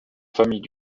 famille